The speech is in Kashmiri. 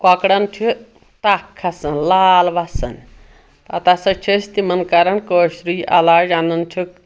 کۄکرن چھِ تپھ کھَسان لال وَسان پَتہٕ ہَسا چھِ أسۍ تِمن کران کٲشری علاج اَنان چھِکھ